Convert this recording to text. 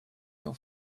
your